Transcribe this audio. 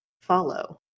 follow